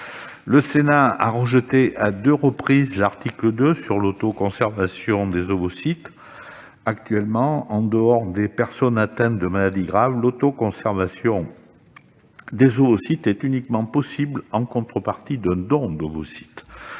Le Sénat a rejeté à deux reprises l'article 2 sur l'autoconservation des ovocytes. Actuellement, en dehors des personnes atteintes de maladies graves, l'autoconservation des ovocytes est uniquement possible en contrepartie d'un don d'ovocytes.